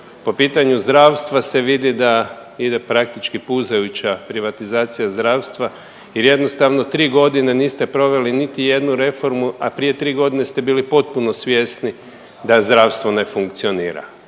po pitanju zdravstva se vidi da ide praktički puzajuća privatizacija zdravstva. Jer jednostavno tri godine niste proveli niti jednu reformu, a prije tri godine ste bili potpuno svjesni da zdravstvo ne funkcionira.